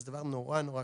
זה דבר נורא קשה.